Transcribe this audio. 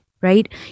right